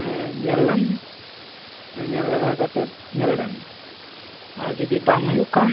ᱮᱸ ᱧᱮᱞ ᱞᱮᱢ ᱧᱮᱞ ᱞᱮᱜᱟ ᱠᱟᱛᱮ ᱧᱮᱞ ᱞᱮᱢ ᱟᱨ ᱡᱩᱫᱤ ᱵᱟᱝ ᱦᱩᱭᱩᱜ ᱠᱷᱟᱱ